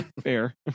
Fair